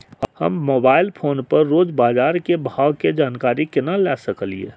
हम mobile phone पर रोज बाजार के भाव के जानकारी केना ले सकलिये?